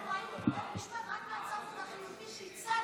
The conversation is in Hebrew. אנחנו היינו בבית משפט רק מהצד החיובי, שייצגנו,